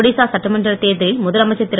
ஒடிசா சட்டமன்ற தேர்தலில் முதலமைச்சர் திரு